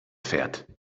fährt